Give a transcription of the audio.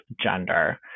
gender